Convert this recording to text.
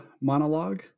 monologue